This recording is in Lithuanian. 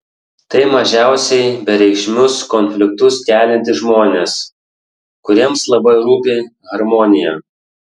tai mažiausiai bereikšmius konfliktus keliantys žmonės kuriems labai rūpi harmonija